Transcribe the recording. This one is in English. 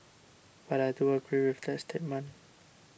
but I do agree with that statement